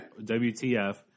WTF